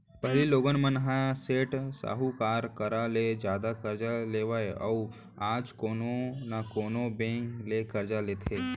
पहिली लोगन मन ह सेठ साहूकार करा ले जादा करजा लेवय अउ आज कोनो न कोनो बेंक ले करजा लेथे